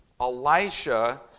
Elisha